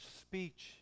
speech